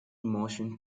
motion